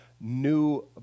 new